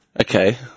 Okay